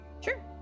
Sure